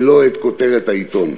ולא את כותרת העיתון?